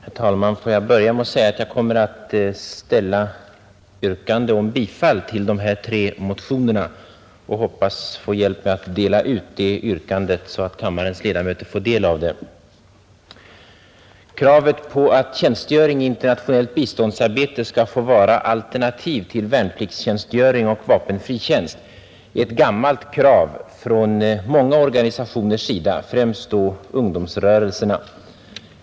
Herr talman! Får jag börja med att säga att jag kommer att ställa yrkande om bifall till de tre motionerna i detta ärende. Jag hoppas få hjälp med att dela ut detta yrkande, så att kammarens ledamöter får möjlighet att studera det. Kravet på att tjänstgöring i internationellt biståndsarbete skall få vara alternativ till värnpliktstjänstgöring och vapenfri tjänst är ett gammalt krav från många organisationer, främst då ungdomsrörelserna.